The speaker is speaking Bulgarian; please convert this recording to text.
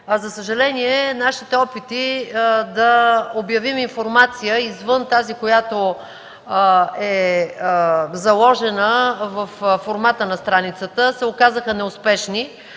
За съжаление нашите опити да обявим информация извън тази, която е заложена във формата на страницата, се оказаха неуспешни.